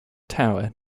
tower